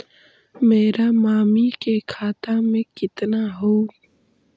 मेरा मामी के खाता में कितना हूउ?